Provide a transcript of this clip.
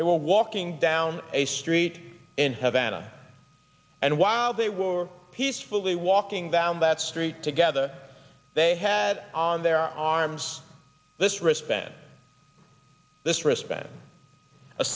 they were walking down a street and have atta and while they were peacefully walking down that street together they had on their arms this